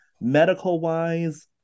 medical-wise